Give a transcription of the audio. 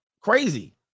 Crazy